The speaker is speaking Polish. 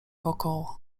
wokoło